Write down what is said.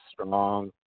strong